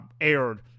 aired